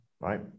right